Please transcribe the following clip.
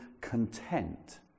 content